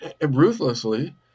ruthlessly